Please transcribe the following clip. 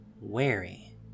wary